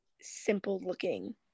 simple-looking